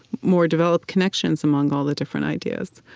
more developed connections among all the different ideas.